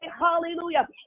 hallelujah